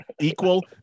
equal